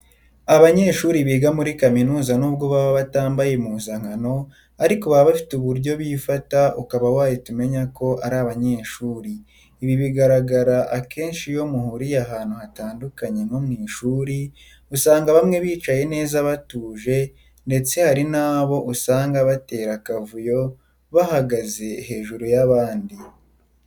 Abanyeshuri biga muri kaminuza nubwo baba batambaye impuzankano ariko baba bafite uburyo bifata ukaba wahita umenya ko ari abanyeshuri, ibi bigaragara akenshi iyo muhuriye ahantu hatandukanye nko mu ishuri, usanga bamwe bicaye neza batuje ndetse hari n'abo usanga batera akavuyo bahagaze hejuru y'abandi.